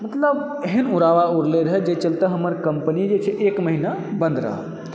मतलब एहन उड़ावा उड़लै रह जाहि चलते हमर कम्पनी जे छै एक महीना बन्द रहल